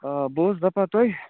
آ بہٕ اوسُس دپان تۄہہِ